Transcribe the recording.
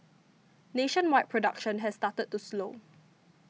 nationwide production has started to slow